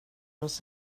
oss